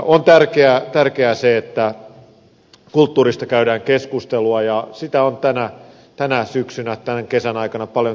on tärkeää se että kulttuurista käydään keskustelua ja siitä on tänä syksynä tämän kesän aikana paljon keskusteltu